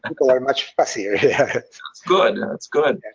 and people are much fussier. that's good. and that's good.